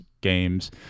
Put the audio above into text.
games